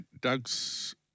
Doug's